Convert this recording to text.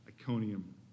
Iconium